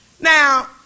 Now